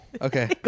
okay